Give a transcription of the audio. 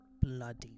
bloody